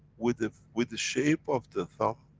with the, with the shape of the thumb,